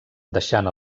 deixant